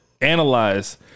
analyze